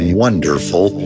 wonderful